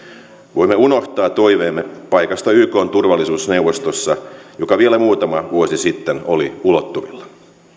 voimme unohtaa toiveemme paikasta ykn turvallisuusneuvostossa joka vielä muutama vuosi sitten oli ulottuvilla